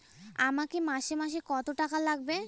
আমাকে মাসে মাসে কত টাকা লাগবে?